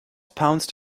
pounced